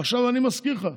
אני מזכיר לך,